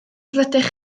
rydych